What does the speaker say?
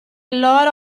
loro